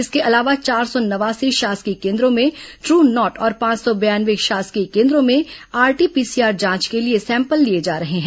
इसके अलावा चार सौ नवासी शासकीय केन्द्रों में ट्र नॉट और पांच सौ बयानवे शासकीय केन्द्रों में आरटीपीसीआर जांच के लिए सैंपल लिए जा रहे हैं